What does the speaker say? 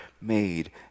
made